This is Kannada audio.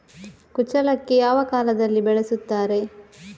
ಕುಚ್ಚಲಕ್ಕಿ ಯಾವ ಕಾಲದಲ್ಲಿ ಬೆಳೆಸುತ್ತಾರೆ?